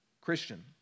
Christian